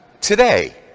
today